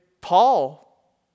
Paul